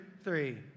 three